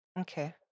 Okay